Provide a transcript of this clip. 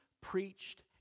preached